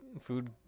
food